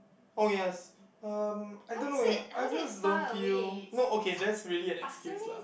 oh ya um I don't know eh I just don't feel not okay that's really an excuse lah